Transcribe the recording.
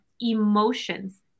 emotions